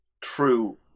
true